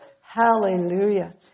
Hallelujah